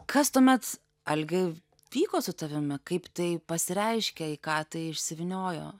kas tuomet algi vyko su tavimi kaip tai pasireiškė į ką tai išsivyniojo